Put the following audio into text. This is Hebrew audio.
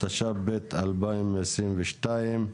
תשפ"ב-2022,